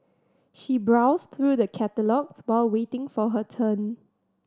she browsed through the catalogues while waiting for her turn